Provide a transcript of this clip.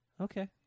Okay